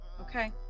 Okay